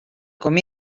com